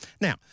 Now